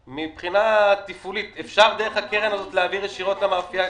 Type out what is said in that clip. מבחינה תפעולית אפשר דרך הקרן הזאת להעביר כסף ישירות למאפייה?